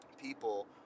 people